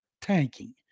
tanking